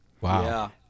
Wow